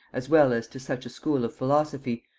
as well as to such a school of philosophy,